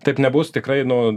taip nebus tikrai nu